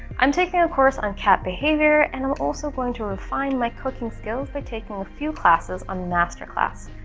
i'm taking a course on cat behavior and i'm also going to refine my cooking skills by taking a few classes on master class.